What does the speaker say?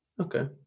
Okay